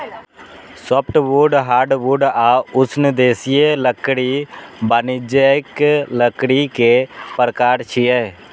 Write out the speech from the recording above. softwood, hardwood आ उष्णदेशीय लकड़ी वाणिज्यिक लकड़ी के प्रकार छियै